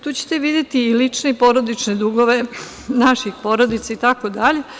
Tu ćete videti lične i porodične dugove naših porodica itd.